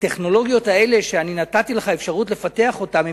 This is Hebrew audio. הטכנולוגיות האלה שאני נתתי לך אפשרות לפתח אותן,